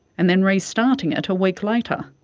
and then restarting it a week later.